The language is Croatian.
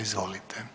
Izvolite.